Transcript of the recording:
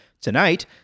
Tonight